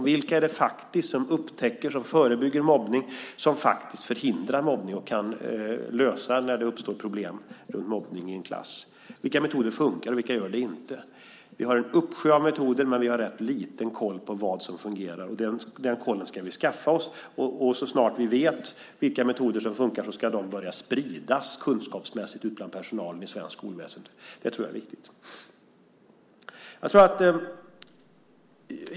Vi vill klarlägga med vilka metoder man upptäcker och förebygger mobbning och kan lösa mobbningsproblem som uppstår i en klass. Vilka metoder fungerar och vilka gör det inte? Vi har en uppsjö av metoder, men vi har rätt liten koll på vad som fungerar. Den kollen ska vi skaffa oss. Så snart vi vet vilka metoder som funkar ska de börja spridas kunskapsmässigt ute bland personalen i svenskt skolväsende. Det tror jag är viktigt.